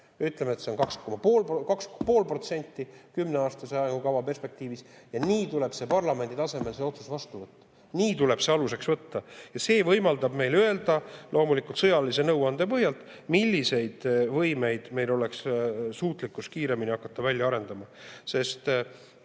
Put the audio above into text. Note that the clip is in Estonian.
Ütleme, et see on 2,5% kümneaastase arengukava perspektiivis. Ja nii tuleb parlamendi tasemel see otsus vastu võtta. See tuleb aluseks võtta. See võimaldab meil öelda loomulikult sõjalise nõuande põhjal, milliseid võimeid meil oleks suutlikkus kiiremini hakata välja arendama,